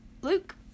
Luke